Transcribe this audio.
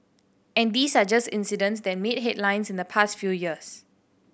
and these are just incidents that made headlines in the past few years